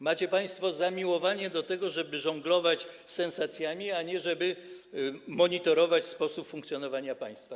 Macie państwo zamiłowanie do tego, żeby żonglować sensacjami, a nie żeby monitorować sposób funkcjonowania państwa.